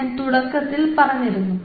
ഞാൻ തുടക്കത്തിൽ പറഞ്ഞിരുന്നു